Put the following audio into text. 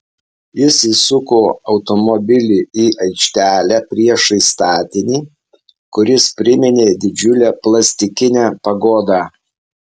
jis įsuko automobilį į aikštelę priešais statinį kuris priminė didžiulę plastikinę pagodą